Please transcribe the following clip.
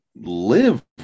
live